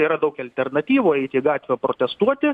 yra daug alternatyvų eit į gatvę protestuoti